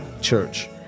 church